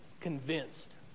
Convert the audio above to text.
convinced